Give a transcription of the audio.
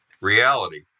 reality